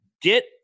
get